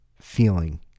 feeling